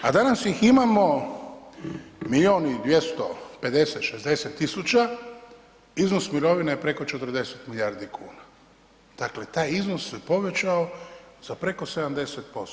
A danas ih imamo milijun i 250, 60 tisuća, iznos mirovine je preko 40 milijardi kuna, dakle taj iznos se povećao za preko 70%